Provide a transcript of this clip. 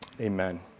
amen